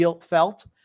felt